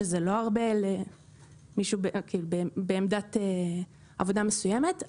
שזה לא הרבה למישהו בעמדת עבודה מסוימת,